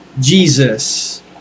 Jesus